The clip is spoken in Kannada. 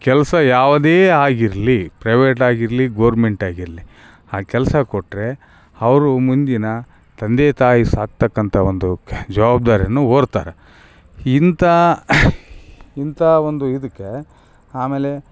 ಕೆಲಸ ಯಾವುದೇ ಆಗಿರಲಿ ಪ್ರೈವೇಟ್ ಆಗಿರಲಿ ಗೋರ್ಮೆಂಟ್ ಆಗಿರಲಿ ಆ ಕೆಲಸ ಕೊಟ್ಟರೆ ಅವ್ರು ಮುಂದಿನ ತಂದೆ ತಾಯಿ ಸಾಕ್ತಕಂಥ ಒಂದು ಜವಾಬ್ದಾರಿಯನ್ನು ಹೋರ್ತಾರೆ ಇಂಥಾ ಇಂಥ ಒಂದು ಇದಕ್ಕೆ ಆಮೇಲೆ